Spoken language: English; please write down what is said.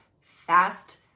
fast